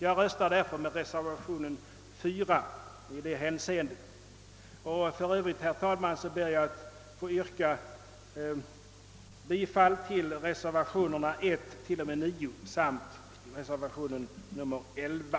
Jag kommer att rösta för reservationen 4 i statsutskottets utlåtande nr 82 och ber även att få yrka bifall till reservationerna 1, 2, 3, 5, 6, 7, 8, 9 och 11.